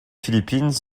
philippines